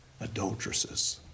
Adulteresses